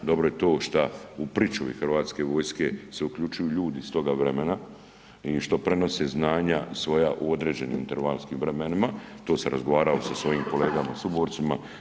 Dobro je to što u pričuvi Hrvatske vojske se uključuju ljudi iz toga vremena i što prenose znanja svoja u određenim intervalskim vremenima, to sam razgovarao sa svojim kolegama suborcima.